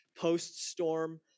post-storm